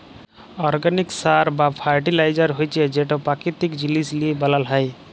organic সার বা fertiliser হছে যেট পাকিতিক জিলিস লিঁয়ে বালাল হ্যয়